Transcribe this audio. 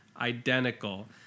identical